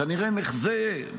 כנראה נחזה,